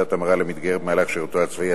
(תעודת המרה למתגייר במהלך שירותו הצבאי),